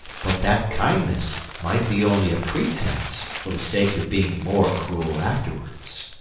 but that kindness might be only a pretence for the sake of being more cruel afterwards.